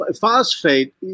phosphate